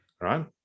Right